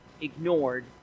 ignored